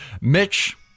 Mitch